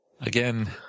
Again